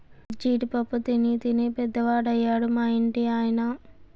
జీడి పప్పు తినీ తినీ పెద్దవాడయ్యాడు మా ఇంటి ఆయన